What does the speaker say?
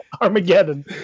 Armageddon